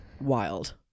wild